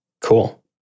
Cool